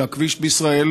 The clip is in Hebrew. שהכביש בישראל